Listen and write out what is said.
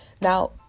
Now